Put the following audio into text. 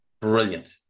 brilliant